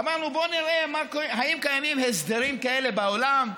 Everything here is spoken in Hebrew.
אמרנו: בואו נראה אם קיימים הסדרים כאלה בעולם,